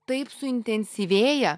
taip suintensyvėja